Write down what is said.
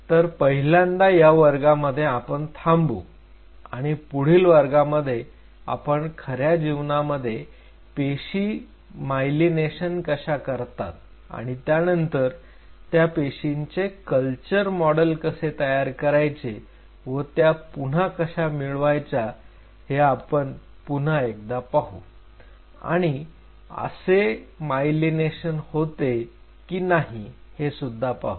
तर पहिल्यांदा या वर्गामध्ये आपण थांबू आणि पुढील वर्गामध्ये आपण खऱ्या जीवनामध्ये पेशी मायलिनेशन कशा करतात आणि त्यानंतर त्या पेशींचे कल्चर मॉडेल कसे तयार करायचे व त्या पुन्हा कशा मिळवायच्या हे आपण पुन्हा एकदा पाहू आणि असे मायलिनेशन होते की नाही हे सुद्धा पाहू